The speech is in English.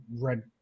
red